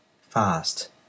fast